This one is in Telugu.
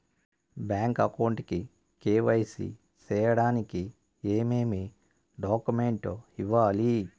బ్యాంకు అకౌంట్ కు కె.వై.సి సేయడానికి ఏమేమి డాక్యుమెంట్ ఇవ్వాలి?